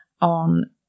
on